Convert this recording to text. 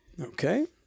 okay